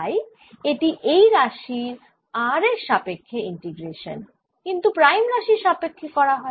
তাই এটি এই রাশির r এর সাপেক্ষ্যে ইন্টিগ্রেশান কিন্তু প্রাইম রাশির সাপেক্ষ্যে করা হয়